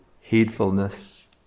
heedfulness